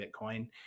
Bitcoin